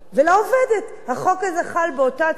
החוק הזה חל באותה צורה על גברים ונשים.